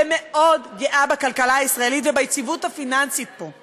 ומאוד גאה בכלכלה הישראלית וביציבות הפיננסית פה.